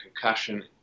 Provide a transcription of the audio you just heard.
concussion